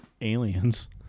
aliens